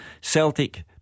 Celtic